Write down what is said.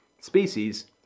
Species